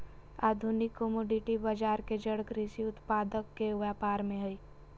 आधुनिक कमोडिटी बजार के जड़ कृषि उत्पाद के व्यापार में हइ